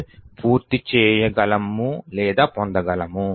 ని పూర్తి చేయగలము లేదా పొందగలము